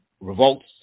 revolts